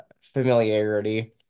familiarity